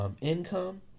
Income